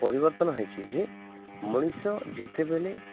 ପରିବର୍ତ୍ତନ ହେଇଛି ଯେ ମଣିଷ ଯେତେବେଳେ